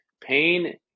Pain